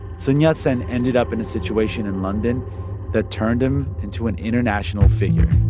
sun yat-sen ended up in a situation in london that turned him into an international figure